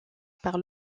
par